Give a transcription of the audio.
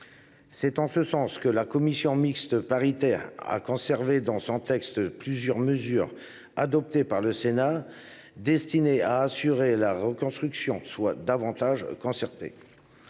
C’est en ce sens que la commission mixte paritaire a conservé dans son texte plusieurs mesures adoptées par le Sénat, afin que la reconstruction se fasse davantage en concertation